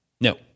No